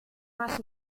más